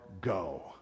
go